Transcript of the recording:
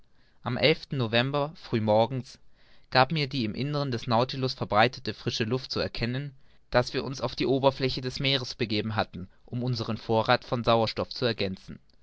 am november früh morgens gab mir die im innern des nautilus verbreitete frische luft zu erkennen daß wir uns auf die oberfläche des meeres begeben hatten um unsern vorrath von sauerstoff zu ergänzen